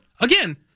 again